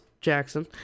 Jackson